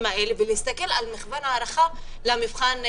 האלה ולהסתכל על --- הערכה למבחן עצמו,